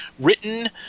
written